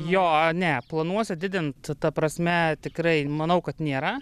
jo ne planuose didint ta prasme tikrai manau kad nėra